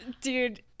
dude